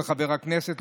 לחבר הכנסת,